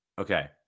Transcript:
Okay